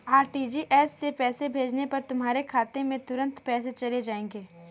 RTGS से पैसे भेजने पर तुम्हारे खाते में तुरंत पैसे चले जाएंगे